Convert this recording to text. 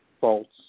faults